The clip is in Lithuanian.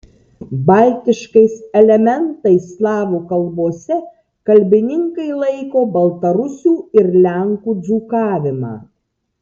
baltiškais elementais slavų kalbose kalbininkai laiko baltarusių ir lenkų dzūkavimą